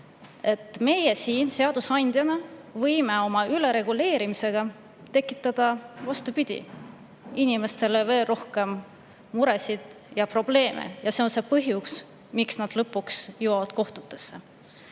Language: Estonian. meie siin seadusandjana võime oma ülereguleerimisega tekitada inimestele veel rohkem muresid ja probleeme, ja see on põhjus, miks asjad lõpuks jõuavad kohtutesse. Kui